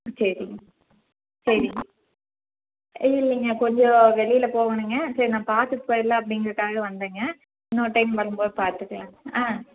ம் சரிங்க சரிங்க இல்லை இல்லைங்க கொஞ்சம் வெளியில் போகணுங்க சரி நான் பார்த்துட்டு போயிடலாம் அப்படிங்குறதுக்காக வந்தேங்க இன்னொரு டைம் வரும்போது பார்த்துக்கலாங்க ஆ